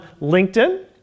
linkedin